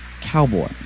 cowboy